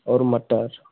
और मटर